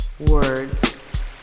words